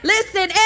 Listen